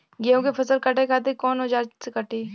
गेहूं के फसल काटे खातिर कोवन औजार से कटी?